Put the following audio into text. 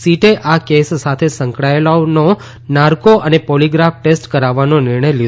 સીટે આ કેસ સાથે સંકળાયેલાઓનો નાર્કો અને પોલીગ્રાફ ટેસ્ટ કરાવવાનો નિર્ણય લીધો છે